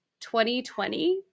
2020